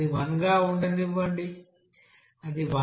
అది 1 గా ఉండనివ్వండి అది 1